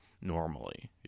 normally